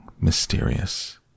mysterious